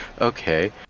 okay